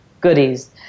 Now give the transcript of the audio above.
goodies